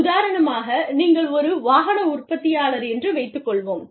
உதாரணமாக நீங்கள் ஒரு வாகன உற்பத்தியாளர் என்று வைத்துக் கொள்வோம்